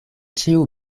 ĉiu